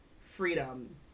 freedom